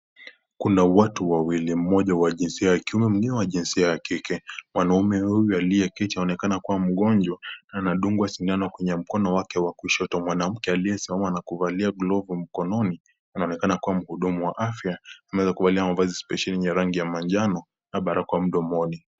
Kuna watu wawili, mmoja wa jinsia ya kiume mwingine wa jinsia ya kike, mwanaume huyu aliyeketi anaonekana kuwa mgonjwa na anadungwa sindano kwenye mkono wake wa kushoto, mwanamke aliyesimama na kuvalia glovu mkononi anaonekana kuwa mhudumu wa afya, ameweza kuvalia mavazi spesheli yenye rangi ya manjano na barakoa mdomoni.